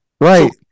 Right